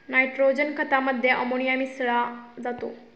nitrogen खतामध्ये ammonia मिसळा जातो